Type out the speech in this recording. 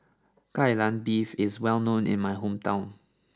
Kai Lan Beef is well known in my hometown